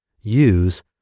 use